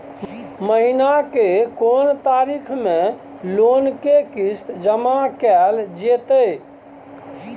महीना के कोन तारीख मे लोन के किस्त जमा कैल जेतै?